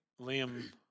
Liam